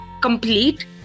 complete